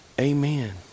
amen